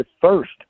first